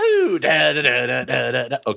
Okay